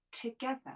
together